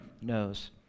knows